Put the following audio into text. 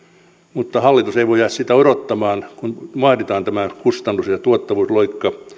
mutta hallitus ei voi jäädä sitä odottamaan kun vaaditaan tämä kustannus ja tuottavuusloikka